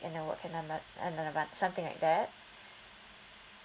and then work in a month another month something like that